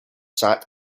sat